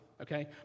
okay